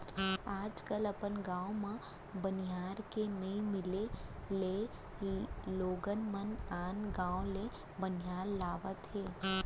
आज कल अपन गॉंव म बनिहार के नइ मिले ले लोगन मन आन गॉंव ले बनिहार लावत हें